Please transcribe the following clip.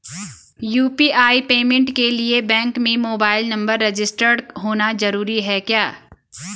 UPI payment के लिए bank में मोबाइल नंबर रजिस्टर्ड होना जरूरी है क्या?